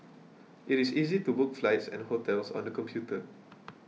it is easy to book flights and hotels on the computer